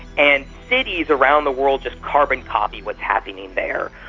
and cities around the world just carbon-copy what's happening there.